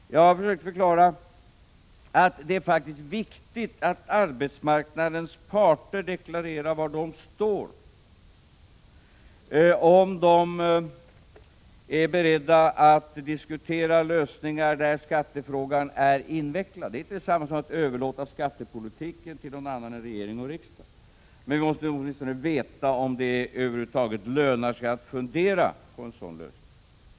Jag har försökt förklara att det faktiskt är viktigt att arbetsmarknadens parter deklarerar var de står, om de är beredda att diskutera lösningar där skattefrågan är inkluderad. Det är inte detsamma som att överlåta skattepolitiken till någon annan instans än regering och riksdag. Vi måste åtminstone veta om det över huvud taget lönar sig att fundera på en sådan lösning.